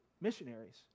missionaries